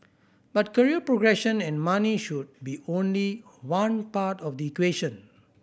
but career progression and money should be only one part of the equation